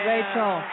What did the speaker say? Rachel